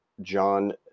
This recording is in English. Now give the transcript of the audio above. John